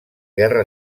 guerra